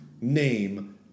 name